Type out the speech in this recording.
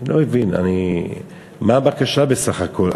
אני לא מבין, מה הבקשה בסך הכול?